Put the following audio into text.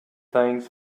thanks